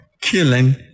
killing